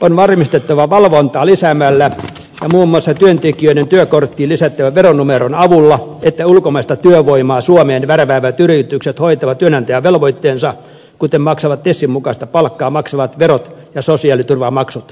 on varmistettava valvontaa lisäämällä ja muun muassa työntekijöiden työkorttiin lisättävän veronumeron avulla että ulkomaista työvoimaa suomeen värväävät yritykset hoitavat työnantajavelvoitteensa kuten maksavat tesin mukaista palkkaa maksavat verot ja sosiaaliturvamaksut